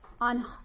On